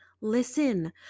Listen